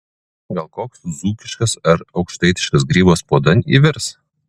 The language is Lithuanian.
gal koks dzūkiškas ar aukštaitiškas grybas puodan įvirs